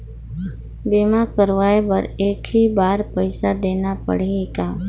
बीमा कराय बर एक ही बार पईसा देना पड़ही का?